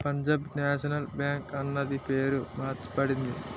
Punjab national bank అన్నది పేరు మార్చబడింది